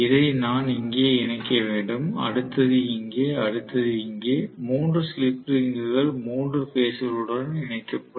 இதை நான் இங்கே இணைக்க வேண்டும் அடுத்தது இங்கே அடுத்தது இங்கே 3 ஸ்லிப் ரிங்குகள் மூன்று பேஸ் களுடன் இணைக்கப்படும்